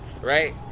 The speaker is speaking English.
Right